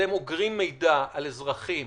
אתם אוגרים את המידע על אזרחים